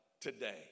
today